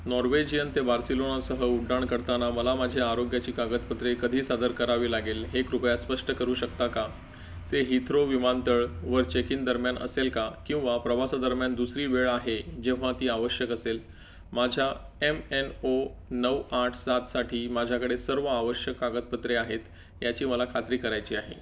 Norwegian ते बार्सिलोनासह उड्डाण करताना मला माझ्या आरोग्याची कागदपत्रे कधी सादर करावी लागेल हे कृपया स्पष्ट करू शकता का ते हिथ्रो विमानतळावर चेक इन दरम्यान असेल का किंवा प्रवासा दरम्यान दुसरी वेळ आहे जेव्हा ती आवश्यक असेल माझ्या एम एन ओ नऊ आठ सातसाठी माझ्याकडे सर्व आवश्यक कागदपत्रे आहेत याची मला खात्री करायची आहे